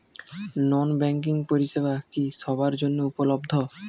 নন banking পরিষেবা কি সবার জন্য উপলব্ধ?